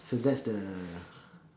so that's the